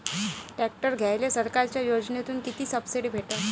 Tractor घ्यायले सरकारच्या योजनेतून किती सबसिडी भेटन?